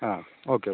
ആ ഓക്കെ ഓ